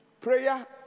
Prayer